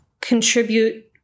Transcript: contribute